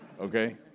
Okay